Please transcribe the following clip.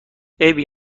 عیبی